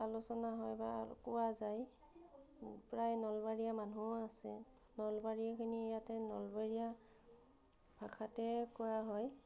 আলোচনা হয় বা কোৱা যায় প্ৰায় নলবাৰীয়া মানুহো আছে নলবাৰীখিনি ইয়াতে নলবৰীয়া ভাষাতে কোৱা হয়